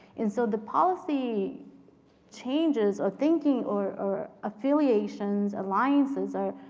and so the policy changes or thinking or affiliations, alliances, are